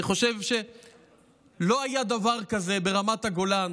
אני חושב שלא היה דבר כזה ברמת הגולן,